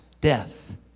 death